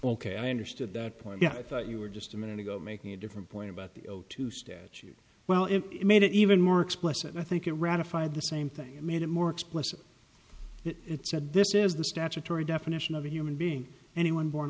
ok i understood that point yeah i thought you were just a minute ago making a different point about the zero two statute well it made it even more explicit i think it ratified the same thing it made it more explicit it said this is the statutory definition of a human being anyone born